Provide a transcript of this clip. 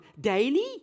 Daily